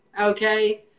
okay